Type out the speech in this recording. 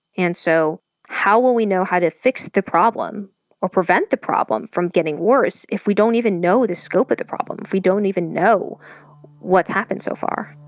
and so how will we know how to fix the problem or prevent the problem from getting worse if we don't even know the scope of the problem? if we don't even know what's happened so far.